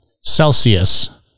Celsius